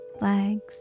legs